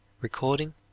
Recording